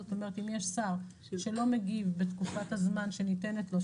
זאת אומרת שאם יש שר שלא מגיב בתקופת הזמן שניתנת לו,